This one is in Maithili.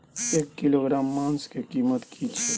एक किलोग्राम मांस के कीमत की छै?